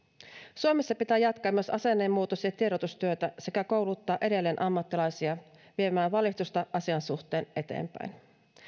suomessa pitää jatkaa myös asennemuutos ja tiedotustyötä sekä kouluttaa edelleen ammattilaisia viemään valistusta asian suhteen eteenpäin